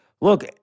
look